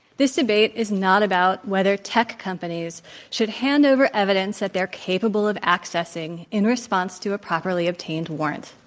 this debate is not about whether tech companies should hand over evidence that they're capable of accessing in response to a properly obtained warrant.